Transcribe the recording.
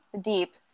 deep